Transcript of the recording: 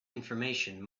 information